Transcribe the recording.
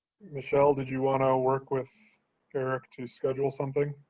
michelle, did you want to work with eric to schedule something?